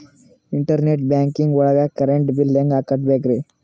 Internet banking ಒಳಗ್ current bill ಹೆಂಗ್ ಕಟ್ಟ್ ಬೇಕ್ರಿ?